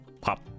pop